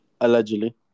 Allegedly